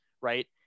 right